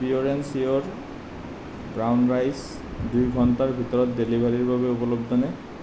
pure and sure brown rice দুই ঘণ্টাৰ ভিতৰত ডেলিভাৰীৰ বাবে উপলব্ধ নে